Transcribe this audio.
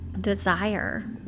desire